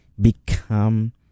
become